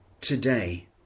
today